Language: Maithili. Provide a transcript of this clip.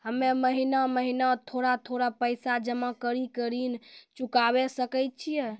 हम्मे महीना महीना थोड़ा थोड़ा पैसा जमा कड़ी के ऋण चुकाबै सकय छियै?